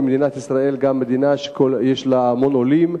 כי מדינת ישראל היא מדינה שיש לה המון עולים,